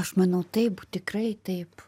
aš manau taip tikrai taip